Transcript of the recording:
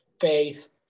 faith